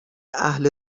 اهل